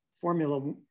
formula